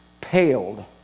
paled